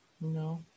no